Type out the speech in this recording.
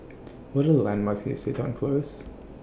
What Are The landmarks near Seton Close